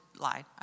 lied